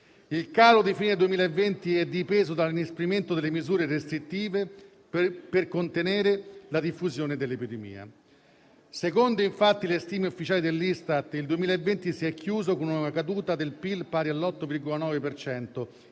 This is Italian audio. Il calo di fine 2020 è dipeso da un inasprimento delle misure restrittive per contenere la diffusione dell'epidemia. Secondo le stime ufficiali dell'Istat, il 2020 si è chiuso con una caduta del PIL pari all'8,9